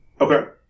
Okay